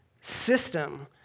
system